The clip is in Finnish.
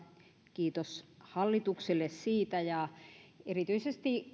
kiitos hallitukselle siitä ja erityisesti